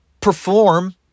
perform